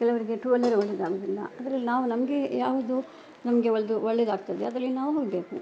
ಕೆಲವರಿಗೆ two wheeler ಒಳ್ಳೆಯದಾಗೋದಿಲ್ಲ ಅದರಲ್ಲಿ ನಾವು ನಮಗೆ ಯಾವುದು ನಮಗೆ ಹೊಳ್ದು ಒಳ್ಳೆಯದಾಗ್ತದೆ ಅದರಲ್ಲಿ ನಾವು ಹೋಗಬೇಕು